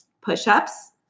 Push-ups